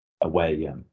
away